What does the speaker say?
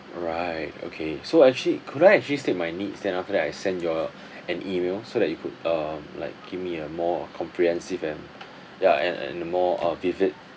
alright okay so actually could I actually state my needs then after that I send you all an email so that you could um like give me a more comprehensive and ya and and more uh vivid